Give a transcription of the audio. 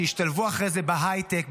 שהשתלבו אחרי זה בהייטק,